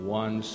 one